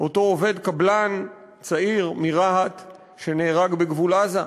אותו עובד קבלן צעיר מרהט שנהרג בגבול עזה.